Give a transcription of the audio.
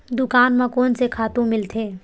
दुकान म कोन से खातु मिलथे?